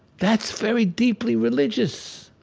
that's very deeply religious.